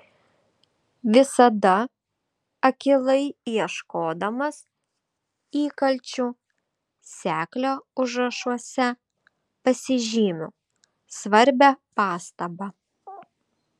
visada akylai ieškodamas įkalčių seklio užrašuose pasižymiu svarbią pastabą